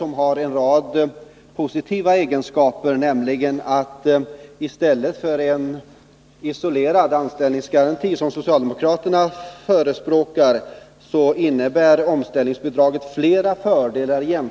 Det har en rad positiva egenskaper jämfört med en isolerad anställningsgaranti, som socialdemokraterna förespråkar. Låt mig nämna ett par saker.